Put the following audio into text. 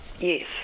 yes